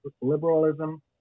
liberalism